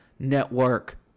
network